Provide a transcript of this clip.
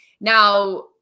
Now